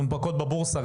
מונפקות בבורסה,